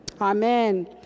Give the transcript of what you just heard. Amen